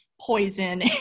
poison